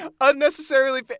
Unnecessarily